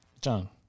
John